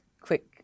quick